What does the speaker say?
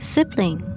Sibling